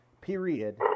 period